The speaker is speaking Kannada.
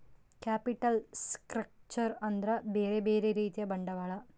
ಕ್ಯಾಪಿಟಲ್ ಸ್ಟ್ರಕ್ಚರ್ ಅಂದ್ರ ಬ್ಯೆರೆ ಬ್ಯೆರೆ ರೀತಿಯ ಬಂಡವಾಳ